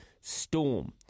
storm